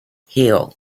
hill